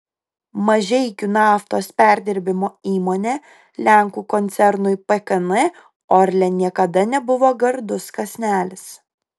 mažeikių naftos perdirbimo įmonė lenkų koncernui pkn orlen niekada nebuvo gardus kąsnelis